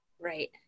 Right